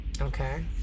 Okay